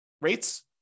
rates